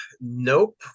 Nope